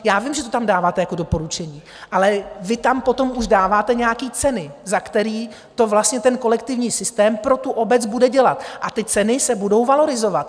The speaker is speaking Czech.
Já vím, že to tam dáváte jako doporučení, ale vy tam už potom dáváte nějaké ceny, za které to vlastně ten kolektivní systém pro tu obec bude dělat, a ty ceny se budou valorizovat.